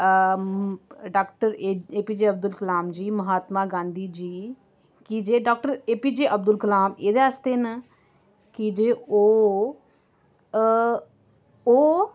डा A P J Abdul Kalam ji Mahatma Gandhi ji कि जे डा A P J Abdul Kalam एह्दे आस्तै न की जे ओह् ओह्